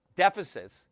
Deficits